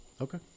Okay